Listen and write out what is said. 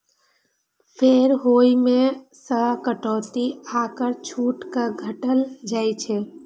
फेर ओइ मे सं कटौती आ कर छूट कें घटाएल जाइ छै